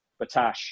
batash